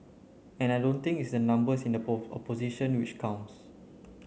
and I don't think it's the numbers in the opposition which counts